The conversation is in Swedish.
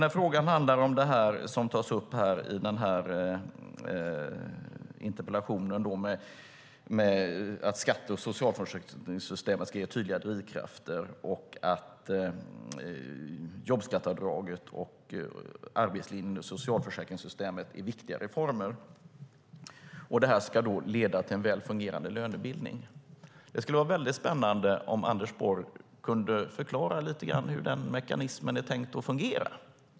Min fråga gäller vad som tas upp i interpellationen, nämligen om att skatte och socialförsäkringssystemet ska ge tydliga drivkrafter och om att jobbskatteavdraget, arbetslinjen och socialförsäkringssystemet är viktiga reformer. De ska leda till en väl fungerande lönebildning. Det skulle vara spännande om Anders Borg kunde förklara hur den mekanismen är tänkt att fungera.